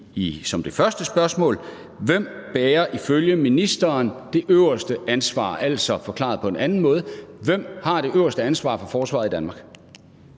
som det første spørgsmål: Hvem bærer ifølge ministeren det øverste ansvar? Forklaret på en anden måde: Hvem har det øverste ansvar for forsvaret i Danmark?